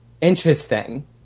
Interesting